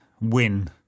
win